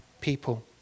people